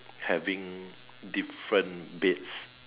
having different baits